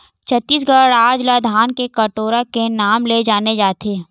छत्तीसगढ़ राज ल धान के कटोरा के नांव ले जाने जाथे